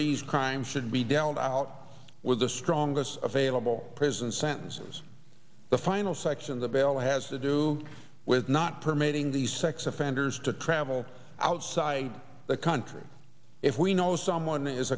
these crimes should be dealt out with the strongest available prison sentences the final section of the bail has to do with not permitting the sex offenders to travel outside the country if we know someone is